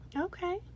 Okay